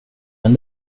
men